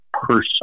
person